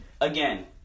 again